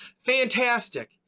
fantastic